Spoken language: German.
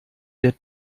der